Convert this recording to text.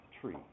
tree